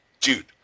dude